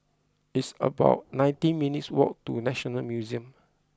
it's about nineteen minutes' walk to National Museum